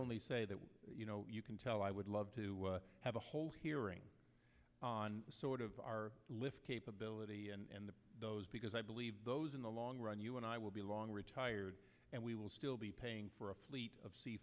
only say that you know you can tell i would love to have a whole hearing on sort of our lift capability and those because i believe those in the long run you and i will be long retired and we will still be paying for a fleet of c